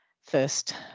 First